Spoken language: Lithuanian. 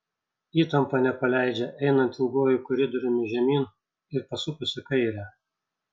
įtampa nepaleidžia einant ilguoju koridoriumi žemyn ir pasukus į kairę